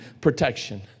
protection